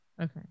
Okay